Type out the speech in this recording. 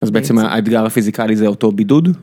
אז בעצם האתגר הפיזיקלי זה אותו בידוד.